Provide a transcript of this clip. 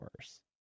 worse